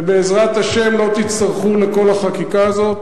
ובעזרת השם לא תצטרכו לכל החקיקה הזאת.